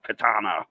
Katana